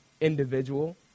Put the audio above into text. individual